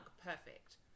perfect